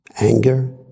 Anger